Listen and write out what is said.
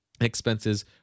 expenses